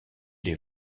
les